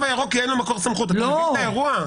הירוק כי אין לו מקור סמכות אתה מבין את האירוע?